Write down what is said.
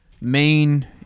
Main